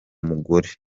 yariyahuye